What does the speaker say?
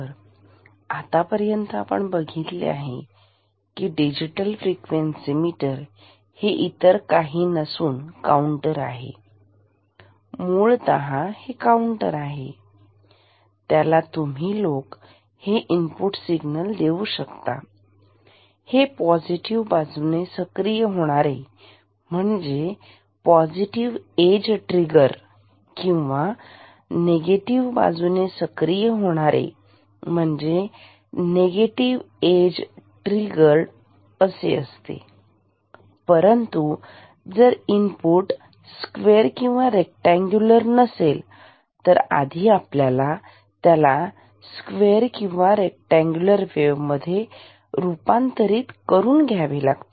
तर आतापर्यंत आपण बघितले की डिजिटल फ्रिक्वेन्सी मीटर हे इतर काही नसून काउंटर आहे मुळतः हे काउंटर आहे त्याला तुम्ही लोक हे इनपुट सिग्नल देऊ शकता ते पॉझिटिव्ह बाजूने सक्रिय होणारे म्हणजे पॉझिटिव्ह एज ट्रिगर किंवा निगेटिव्ह बाजूने सक्रिय होणारे म्हणजे निगेटिव्ह एज ट्रिगर असते परंतु जर इनपुट स्क्वेअर किंवा रेक्टांगुलार नसेल तर आधी आपल्याला त्याला स्क्वेअर किंवा रेक्टांगुलार वेव्ह मध्ये रूपांतरित करून घ्यावे लागते